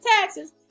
taxes